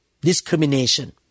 discrimination